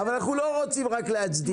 אבל אנחנו לא רוצים רק להצדיע.